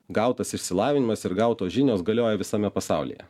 gautas išsilavinimas ir gautos žinios galioja visame pasaulyje